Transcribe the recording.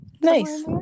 Nice